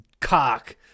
cock